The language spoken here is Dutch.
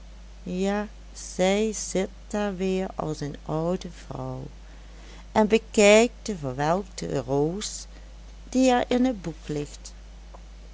ja zij zit daar weer als een oude vrouw en bekijkt de verwelkte roos die er in het boek ligt